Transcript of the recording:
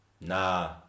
nah